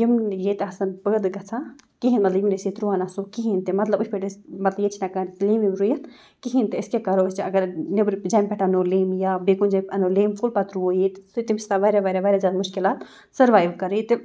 یِم نہٕ ییٚتہِ آسَن پٲدٕ گژھان کِہیٖنۍ مطلب یِم نہٕ أسۍ ییٚتہِ رُوان آسو کِہیٖنۍ تہِ مطلب یِتھ پٲٹھۍ أسۍ مطلب ییٚتہِ چھِنہٕ ہٮ۪کان أسۍ لٮ۪مبۍ وٮ۪مبۍ رُوِتھ کِہیٖنۍ تہِ أسۍ کیٛاہ کَرو أسۍ چھِ اگر جیٚمہِ پٮ۪ٹھ اَنو لٮ۪مبۍ یا بیٚیہِ کُنہِ جایہِ اَنو لٮ۪مبۍ کُل پَتہٕ رُوو ییٚتہِ سُہ تٔمِس چھِ آسان واریاہ واریاہ واریاہ واریاہ زیادٕ مُشکِلات سٔروایِو کَرُن ییٚتہِ